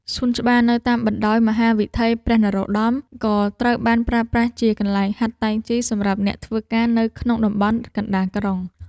សួនច្បារនៅតាមបណ្ដោយមហាវិថីព្រះនរោត្ដម ក៏ត្រូវបានប្រើប្រាស់ជាកន្លែងហាត់តៃជីសម្រាប់អ្នកធ្វើការនៅក្នុងតំបន់កណ្ដាលក្រុង។